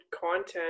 content